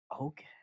Okay